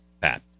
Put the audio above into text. Pat